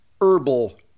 herbal